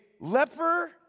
leper